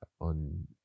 on